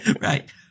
Right